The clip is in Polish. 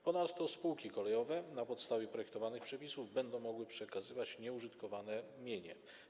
Ponadto spółki kolejowe na podstawie projektowanych przepisów będą mogły przekazywać nieużytkowane mienie.